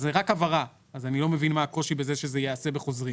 זאת רק הבהרה ואז אני לא מבין מה הקושי בזה שזה ייעשה בחוזרים.